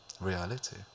reality